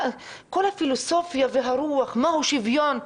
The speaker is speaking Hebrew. כל הפילוסופיה והרוח, מהו שוויון.